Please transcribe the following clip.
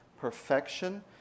perfection